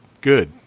Good